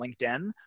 LinkedIn